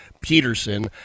Peterson